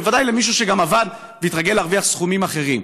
בוודאי למישהו שגם עבד והתרגל להרוויח סכומים אחרים.